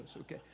Okay